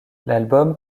l’album